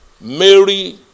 Mary